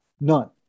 none